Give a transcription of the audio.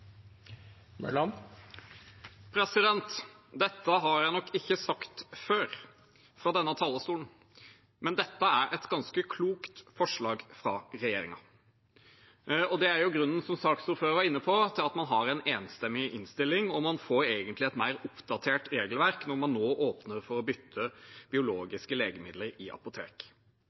et ganske klokt forslag fra regjeringen. Det er, som saksordføreren var inne på, grunnen til at man har en enstemmig innstilling. Man får egentlig et mer oppdatert regelverk når man nå åpner for å bytte biologiske legemidler i apotek.